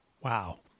Wow